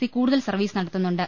C കൂടുതൽ service നടത്തുന്നുണ്ട്